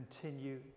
continue